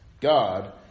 God